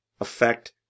affect